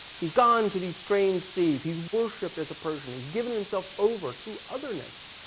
he's gone to these strange seas. he's worshipped as a persian. he's given himself over to otherness,